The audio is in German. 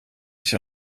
sich